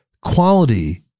quality